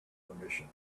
permission